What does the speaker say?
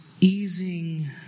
easing